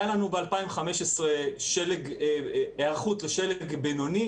הייתה לנו ב-2015 היערכות לשלג בינוני,